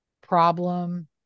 problem